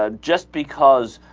ah just because